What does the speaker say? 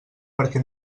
perquè